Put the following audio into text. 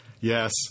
yes